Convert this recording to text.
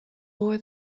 more